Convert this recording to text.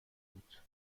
بود